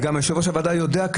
וגם יו"ר הוועדה יודע,